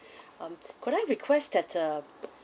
um could I request that uh